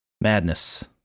madness